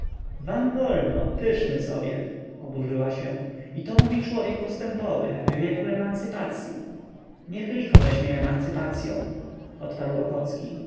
wam wolno pyszny sobie oburzyła się i to mówi człowiek postępowy w wieku emancypacyi niech licho weźmie emancypacyą odparł ochocki